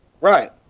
right